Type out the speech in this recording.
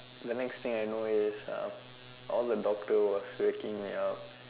the next thing is know is uh all the doctor was waking me up